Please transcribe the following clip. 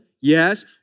Yes